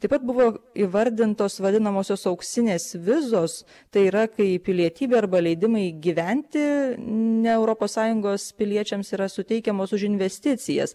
taip pat buvo įvardintos vadinamosios auksinės vizos tai yra kai pilietybė arba leidimai gyventi ne europos sąjungos piliečiams yra suteikiamos už investicijas